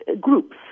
groups